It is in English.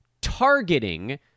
targeting